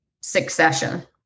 succession